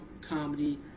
comedy